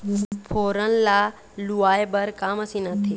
फोरन ला लुआय बर का मशीन आथे?